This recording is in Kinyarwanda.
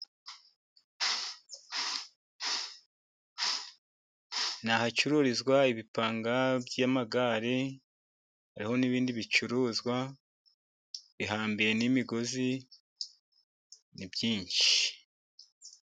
Ni ahacururizwa ibipanga by'amagare. Hariho n'ibindi bicuruzwa. Bihambiye n'imigozi, ni byinshi.